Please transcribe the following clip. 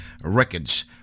records